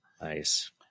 nice